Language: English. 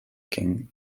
king